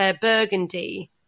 Burgundy